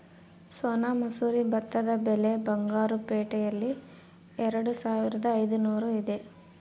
ಸೋನಾ ಮಸೂರಿ ಭತ್ತದ ಬೆಲೆ ಬಂಗಾರು ಪೇಟೆಯಲ್ಲಿ ಎರೆದುಸಾವಿರದ ಐದುನೂರು ಇದೆ